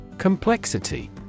Complexity